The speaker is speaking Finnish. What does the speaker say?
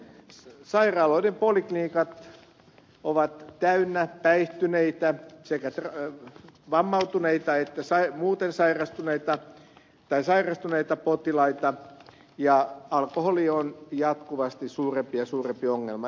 sairaaloiden poliklinikat ovat täynnä päihtyneitä sekä vammautuneita että sairastuneita potilaita ja alkoholi on jatkuvasti suurempi ja suurempi ongelma